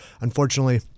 Unfortunately